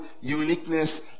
uniqueness